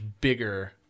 bigger